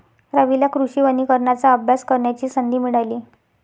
रवीला कृषी वनीकरणाचा अभ्यास करण्याची संधी मिळाली